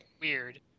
weird